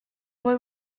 boy